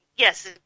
Yes